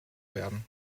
werden